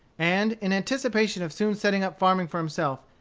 and in anticipation of soon setting up farming for himself,